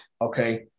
Okay